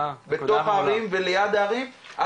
בתוך הערים וליד הערים.